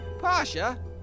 Pasha